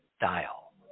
dial